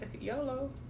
YOLO